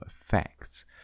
effects